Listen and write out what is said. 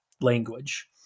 language